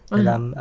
dalam